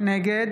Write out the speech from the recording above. נגד